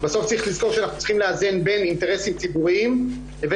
בסוף צריך לזכור שאנחנו צריכים לאזן בין אינטרסים ציבוריים לבין